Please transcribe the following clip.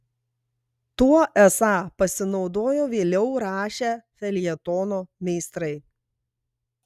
tuo esą pasinaudojo vėliau rašę feljetono meistrai